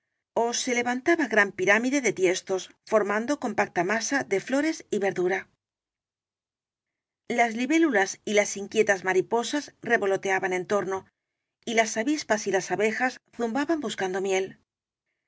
ó se levantaba gran pirámide de tiestos formando compacta masa de flores y verdura las libélulas y las inquietas mariposas revolo teaban en torno y las avispas y las abejas zumba ban buscando miel